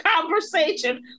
conversation